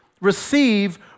receive